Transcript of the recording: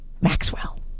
Maxwell